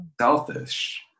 selfish